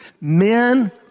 men